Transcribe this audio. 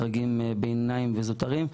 גם לדרגי ביניים וזוטרים,